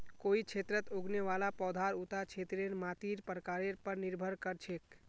कोई क्षेत्रत उगने वाला पौधार उता क्षेत्रेर मातीर प्रकारेर पर निर्भर कर छेक